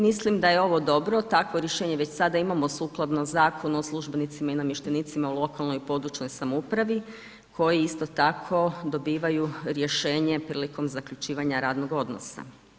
Mislim da je ovo dobro, takvo rješenje već sada imamo sukladno Zakonu o službenicima i namještenicima u lokalnoj i područnoj samoupravi koji isto tako dobivaju rješenje prilikom zaključivanja radnog odnosa.